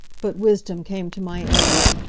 but wisdom came to my aid.